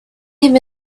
him